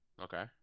Okay